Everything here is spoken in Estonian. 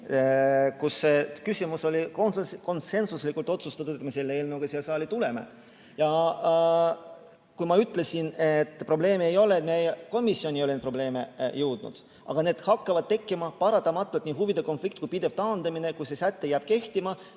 kus konsensuslikult otsustati, et me selle eelnõuga siia saali tuleme. Ja kui ma ütlesin, et probleeme ei ole, siis meie komisjoni ei ole probleeme jõudnud. Aga need hakkavad tekkima paratamatult, nii huvide konflikt kui ka pidev taandamine, kui see säte jääb kehtima